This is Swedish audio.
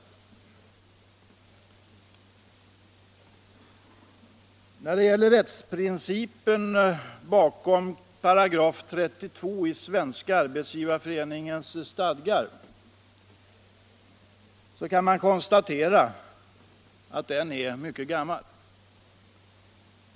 Rättsprincipen bakom § 32 i Svenska arbetsgivareföreningens stadgar är mycket gammal.